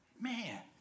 man